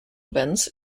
events